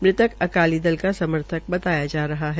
मृतक अकाली दल का समर्थक बताया जा रहा है